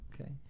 Okay